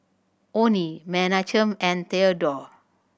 Onie Menachem and Thedore